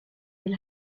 del